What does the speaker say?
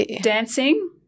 dancing